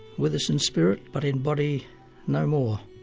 with us in spirit but in body no more.